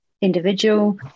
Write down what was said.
individual